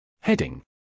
Heading